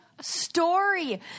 story